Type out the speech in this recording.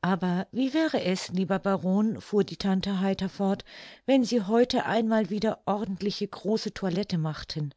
aber wie wäre es lieber baron fuhr die tante heiter fort wenn sie heute einmal wieder ordentliche große toilette machten